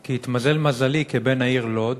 כי התמזל מזלי כבן העיר לוד,